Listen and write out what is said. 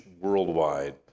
worldwide